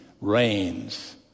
reigns